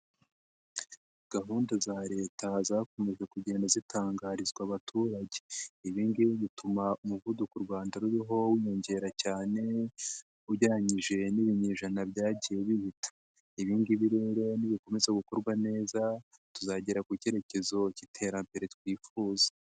Gahunda za Leta zakomeje kugenda zitangarizwa abaturage, ibi ngibi bituma umuvuduko u Rwanda ruriho wiyongera cyane ugereranyije n'ibinyejana byagiye bihita, ibi ngibi rero nibikomeza gukorwa neza tuzagera ku cyerekezo cy'iterambere twifuza.